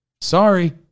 Sorry